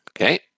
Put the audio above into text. Okay